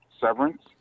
severance